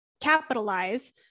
capitalize